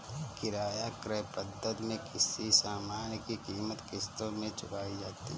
किराया क्रय पद्धति में किसी सामान की कीमत किश्तों में चुकाई जाती है